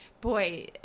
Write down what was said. boy